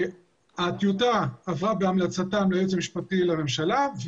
הטיוטה עברה בהמלצתם ליועץ המשפטי לממשלה,